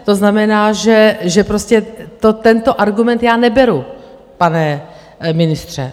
To znamená, že prostě tento argument já neberu, pane ministře.